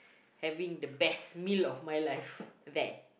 having the best meal of my life there